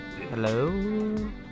Hello